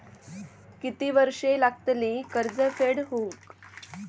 किती वर्षे लागतली कर्ज फेड होऊक?